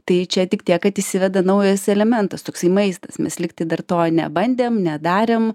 tai čia tik tiek kad įsiveda naujas elementas toksai maistas mes lyg tai dar to nebandėm nedarėm